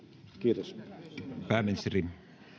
kiitos